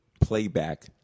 playback